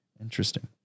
interesting